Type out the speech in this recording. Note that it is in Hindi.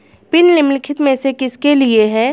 पिन निम्नलिखित में से किसके लिए है?